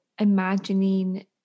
imagining